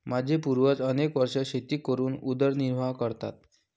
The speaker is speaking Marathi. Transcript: माझे पूर्वज अनेक वर्षे शेती करून उदरनिर्वाह करतात